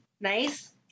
Nice